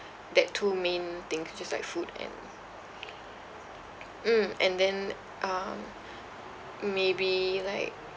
that two main things which is like food and mm and then um maybe like